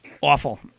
awful